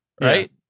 Right